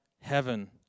heaven